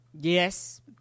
Yes